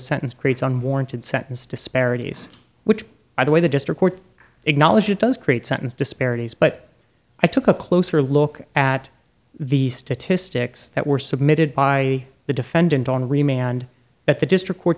sentence creates unwarranted sentence disparities which either way the district court acknowledged it does create sentence disparities but i took a closer look at the statistics that were submitted by the defendant on remain and that the district court